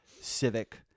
civic